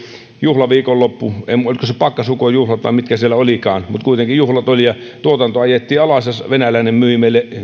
juhlaviikonloppu olivatko ne pakkasukon juhlat vai mitkä siellä olivatkaan mutta kuitenkin juhlat olivat ja tuotanto ajettiin alas ja venäläinen myi meille